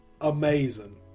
amazing